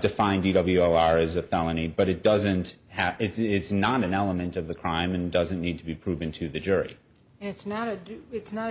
define t w r as a felony but it doesn't have it's not an element of the crime and doesn't need to be proven to the jury it's not a it's not